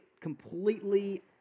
completely